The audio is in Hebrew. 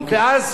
ואז,